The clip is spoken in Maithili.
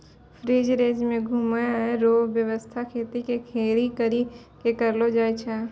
फ्री रेंज मे घुमै रो वेवस्था खेत के घेरी करी के करलो जाय छै